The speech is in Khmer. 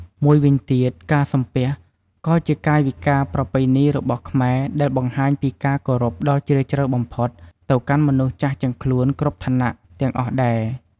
មួយវិញទៀត ការសំពះ ក៏ជាកាយវិការប្រពៃណីរបស់ខ្មែរដែលបង្ហាញពីការគោរពដ៏ជ្រាលជ្រៅបំផុតទៅកាន់មនុស្សចាស់ជាងខ្លួនគ្រប់ឋានៈទាំងអស់ដែរ។